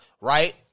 right